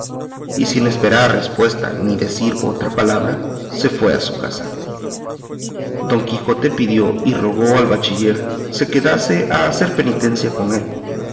y sin esperar respuesta ni decir otra palabra se fue a su casa don quijote pidió y rogó al bachiller se quedase a hacer penitencia con él